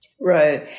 Right